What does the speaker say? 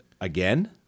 again